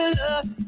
love